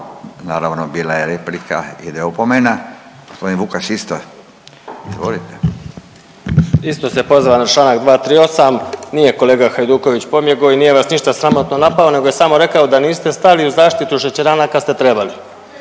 izvolite. **Vukas, Nikša (Socijaldemokrati)** Isto se pozivam na čl. 238. nije kolega Hajduković pobjego i nije vas ništa sramotno napao nego je samo rekao da niste stali u zaštitu šećerana kad ste trebali.